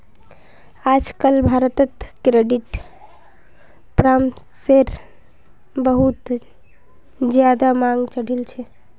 आजकल भारत्त क्रेडिट परामर्शेर बहुत ज्यादा मांग बढ़ील छे